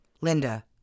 Linda